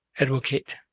Advocate